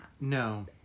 No